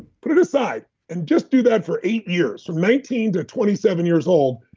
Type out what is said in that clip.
put it aside and just do that for eight years, from nineteen to twenty seven years old,